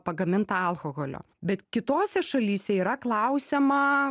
pagaminta alkoholio bet kitose šalyse yra klausiama